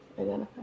identify